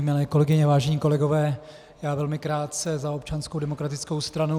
Milé kolegyně, vážení kolegové, já velmi krátce za Občanskou demokratickou stranu.